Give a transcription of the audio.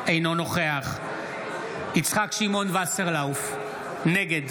אינו נוכח יצחק שמעון וסרלאוף, נגד